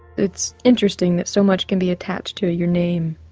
it's interesting that so much can be attached to your name.